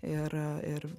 ir ir